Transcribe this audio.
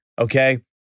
Okay